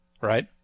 right